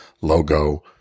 logo